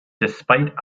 despite